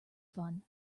fun